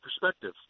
perspective